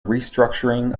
restructuring